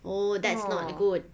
oh that's not good